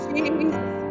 Jesus